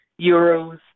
euros